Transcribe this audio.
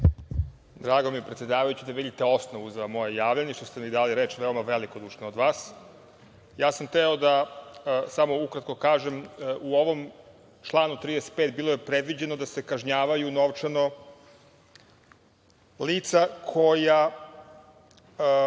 Drago mi je, predsedavajući, da vidite osnovu za moje javljanje, što ste mi dali reč, veoma velikodušno od vas. Ja sam hteo da samo ukratko kažem, u ovom članu 35. bilo je predviđeno da se kažnjavaju novčano lica koja